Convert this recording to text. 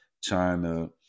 china